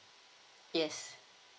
yes